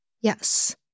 Yes